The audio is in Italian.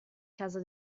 casa